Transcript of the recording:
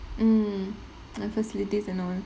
mm the facilities and all